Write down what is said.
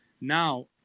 Now